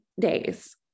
days